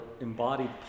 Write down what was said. embodied